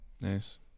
nice